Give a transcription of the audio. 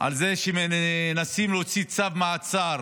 על זה שמנסים להוציא צו מעצר